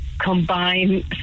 combine